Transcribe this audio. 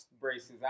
Braces